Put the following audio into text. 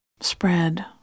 spread